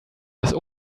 das